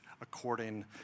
according